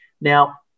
now